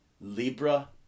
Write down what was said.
Libra